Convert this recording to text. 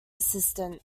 assistant